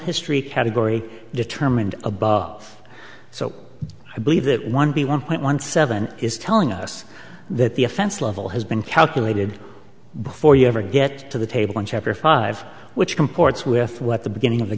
history category determined above so i believe that one b one point one seven is telling us that the offense level has been calculated before you ever get to the table on chapter five which comports with what the beginning of the